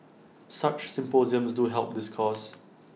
such symposiums do help this cause